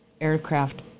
aircraft